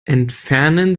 entfernen